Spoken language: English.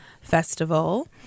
Festival